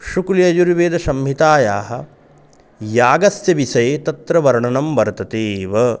शुक्ल्ययुर्वेदसंहितायाः यागस्य विषये तत्र वर्णनं वर्तते एव